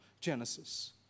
genesis